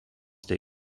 der